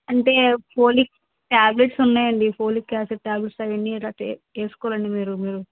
అంటే folic tablets ఉన్నాయండి folic acid tablets అవన్నీ వేసుకోవాలండి మీరు మీరు